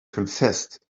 confessed